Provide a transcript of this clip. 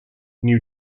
new